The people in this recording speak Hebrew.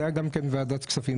זה היה גם בוועדת הכספים,